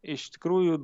iš tikrųjų